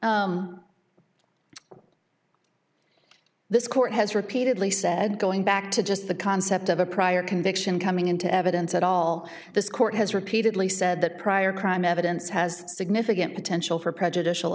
honor this court has repeatedly said going back to just the concept of a prior conviction coming into evidence at all this court has repeatedly said that prior crime evidence has significant potential for prejudicial